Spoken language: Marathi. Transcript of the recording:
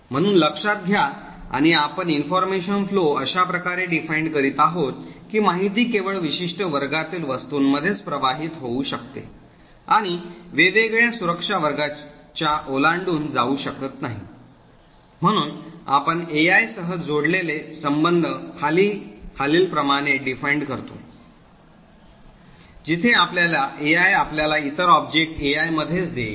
म्हणून लक्षात घ्या आणि आपण information flow अशा प्रकारे परिभाषित करीत आहोत की माहिती केवळ विशिष्ट वर्गातील वस्तूंमध्येच प्रवाहित होऊ शकते आणि वेगवेगळ्या सुरक्षा वर्गाच्या ओलांडून जाऊ शकत नाही म्हणून आपण AI सह जोडलेले संबंध खाली खालीलप्रमाणे परिभाषित करतो जिथे आपल्याला AI आपल्याला इतर ऑब्जेक्ट AI मध्येच देईल